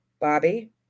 Bobby